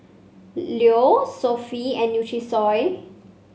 Leo Sofy and Nutrisoy